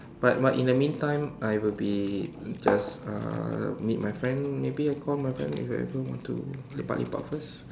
but but in the meantime I will be just uh meet my friend maybe I call my friend whoever want to lepak lepak first